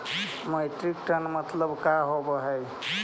Metric ton मतलब का होव हइ?